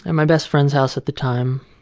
and my best friend's house at the time.